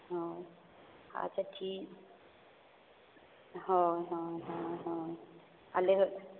ᱦᱚᱸ ᱟᱪᱪᱷᱟ ᱴᱷᱤᱠ ᱦᱳᱭ ᱦᱳᱭ ᱦᱳᱭ ᱦᱳᱭ ᱟᱞᱮ